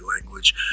language